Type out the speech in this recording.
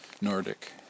Nordic